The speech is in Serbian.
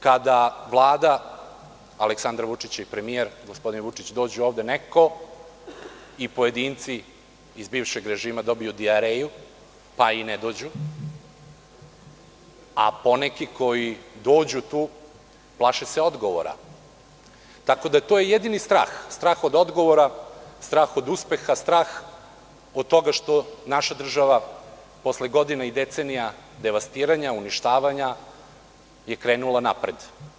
Kada Vlada Aleksandra Vučića i premijer gospodin Vučić dođu ovde, neko i pojedinci iz bivšeg režima dobiju dijareju, pa i ne dođu, a poneki koji dođu tu, plaše se odgovora, tako da je to jedini strah, strah od odgovora, strah od uspeha, strah od toga što naša država posle godina i decenija devastiranja, uništavanja je krenula napred.